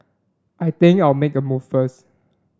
I think I'll make a move first